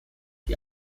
die